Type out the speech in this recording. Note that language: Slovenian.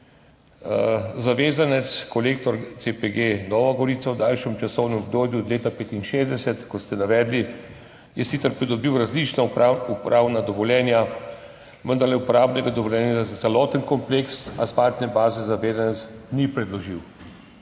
Zavezanec Kolektor CPG Nova Gorica je v daljšem časovnem obdobju od leta 1965, kot ste navedli, sicer pridobil različna upravna dovoljenja, vendarle uporabnega dovoljenja za celoten kompleks asfaltne baze zavezanec ni predložil,